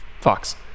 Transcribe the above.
Fox